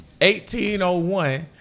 1801